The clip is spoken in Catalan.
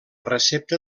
recepta